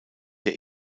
der